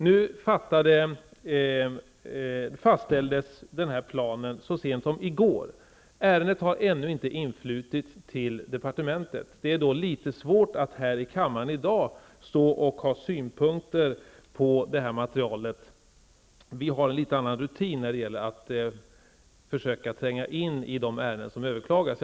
Nu fastställdes planen så sent som i går. Ärendet har ännu inte influtit till departementet. Det är då litet svårt att här i kammaren i dag ha synpunkter på detta material. Regeringen har en något annan rutin att försöka tränga in i de ärenden som överklagas.